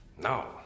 no